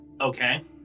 Okay